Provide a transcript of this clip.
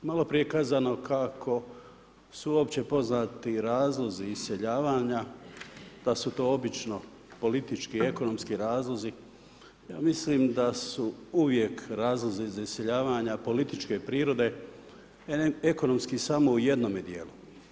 Maloprije je kazano kako su opće poznati razlozi iseljavanja, da su to obično politički, ekonomski razlozi, ja mislim da su uvijek razlozi za iseljavanja političke prirode, ekonomski samo u jednom djelu.